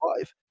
five